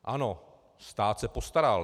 Ano, stát se postaral.